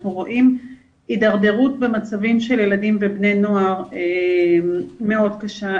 אנחנו רואים הידרדרות במצבים של ילדים ובני נוער מאוד קשה,